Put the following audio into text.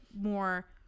more